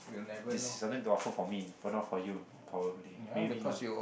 it's something to offer for me but not for you probably maybe not